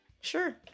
Sure